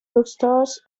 bookstores